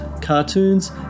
cartoons